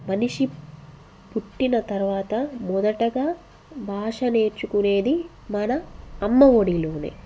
మనిషి పుట్టిన తర్వాత మొదటగా భాష నేర్చుకునేది మన అమ్మ ఒడిలోనే